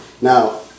Now